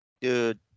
Dude